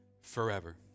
forever